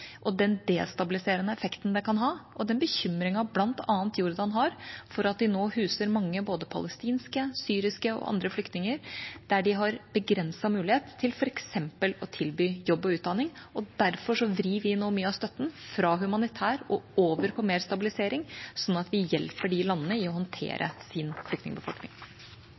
og den destabiliserende effekten det kan ha, og den bekymringen bl.a. Jordan har for at de nå huser mange både palestinske, syriske og andre flyktninger, der de har begrenset mulighet til f.eks. å tilby jobb og utdanning. Derfor vrir vi nå mye av støtten fra humanitær og over på mer stabilisering, sånn at vi hjelper de landene i å håndtere sin